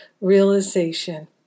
realization